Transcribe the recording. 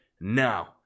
now